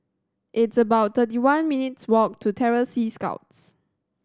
it's about thirty one minutes walk to Terror Sea Scouts